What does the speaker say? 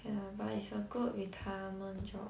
K lah but it's a good retirement job